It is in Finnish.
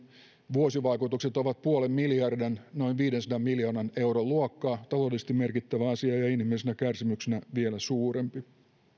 vuosivaikutukset terveyteen ovat puolen miljardin noin viidensadan miljoonan euron luokkaa taloudellisesti merkittävä asia ja inhimillisinä kärsimyksinä vielä suurempi